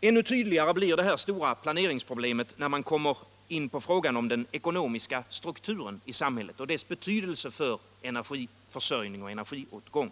Ännu tydligare blir detta stora planeringsproblem när man kommer in på frågan om den ekonomiska strukturen i samhället och dess betydelse för energiförsörjning och energiåtgång.